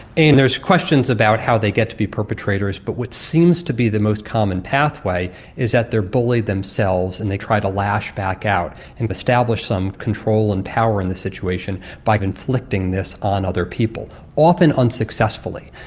and there's questions about how they get to be perpetrators. but what seems to be the most common pathway is that they are bullied themselves and they try to lash back out and establish some control and power in the situation by inflicting this on other people, often unsuccessfully.